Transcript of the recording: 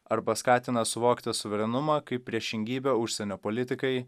arba skatina suvokti suverenumą kaip priešingybę užsienio politikai